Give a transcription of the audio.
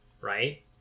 right